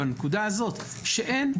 בנקודה הזאת שאין,